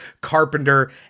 carpenter